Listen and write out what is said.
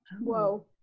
Whoa